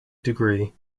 degree